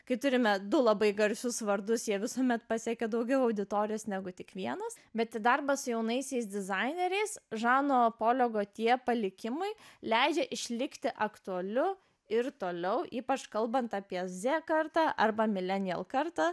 kai turime du labai garsius vardus jie visuomet pasiekia daugiau auditorijos negu tik vienas bet darbas su jaunaisiais dizaineriais žano polio gotje palikimui leidžia išlikti aktualiu ir toliau ypač kalbant apie zė kartą arba milenijal kartą